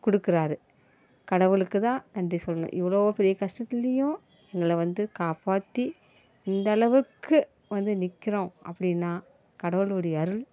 கொடுக்கறாரு கடவுளுக்கு தான் நன்றி சொல்லணும் இவ்வளோ பெரிய கஷ்டத்துலேயும் எங்களை வந்து காப்பாற்றி இந்த அளவுக்கு வந்து நிற்கிறோம் அப்படின்னா கடவுள் உடைய அருள்